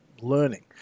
learning